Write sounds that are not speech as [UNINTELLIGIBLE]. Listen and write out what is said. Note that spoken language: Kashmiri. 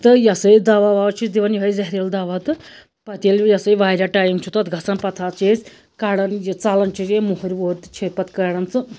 تہٕ یہِ ہسا یہِ دوا وَوا چھِ دِوان یِہوٚے زیٚہریٖلہٕ دوا تہٕ پَتہٕ ییٚلہِ یہِ ہسا یہِ واریاہ ٹایم چھُ تَتھ گژھان پَتہٕ حظ چھِ أسۍ کڑان یہِ ژَلان چھُ [UNINTELLIGIBLE] یہِ مُہُر وُہُر تہٕ چھِکھ پَتہٕ کَڑان تہٕ